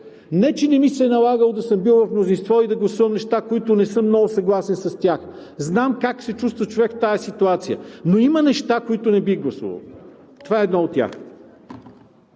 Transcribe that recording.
Не че не ми се е налагало да съм бил в мнозинство и да гласувам неща, които не съм много съгласен с тях, знам как се чувства човек в тази ситуация, но има неща, които не бих гласувал – това е едно от тях.